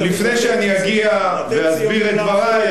לפני שאני אגיע ואסביר את דברי,